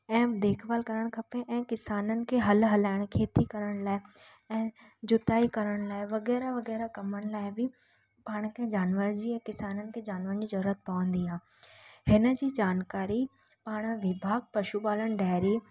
ऐं देखभाल करणु खपे ऐं किसाननि खे हल हलाइणु खेती करण लाइ ऐं जुताई करण लाइ वग़ैरह वग़ैरह कमनि लाइ बि पाण खे जानवर जी या किसाननि खे जानवरनि जी ज़रूरत पवंदी आहे हिनजी जानकारी पाण विभाॻु पशु पालन डायरी